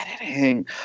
editing